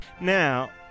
Now